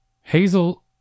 Hazel